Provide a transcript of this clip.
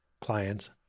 clients